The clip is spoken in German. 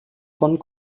von